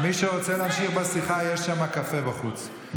מי שרוצה להמשיך בשיחה, יש שם קפה בחוץ.